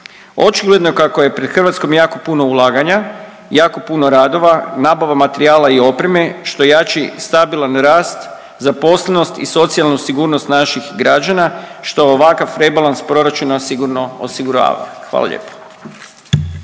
Očigledno je kako je pred Hrvatskom jako puno ulaganja, jako puno radova, nabava materijala i opreme, što jači stabilan rast, zaposlenost i socijalnu sigurnost naših građana što ovakav rebalans proračuna sigurno osigurava. Hvala lijepa.